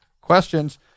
questions